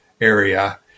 area